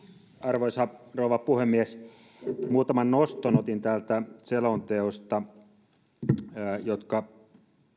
arvoisa rouva puhemies muutaman noston otin täältä selonteosta jotka